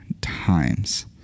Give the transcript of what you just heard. times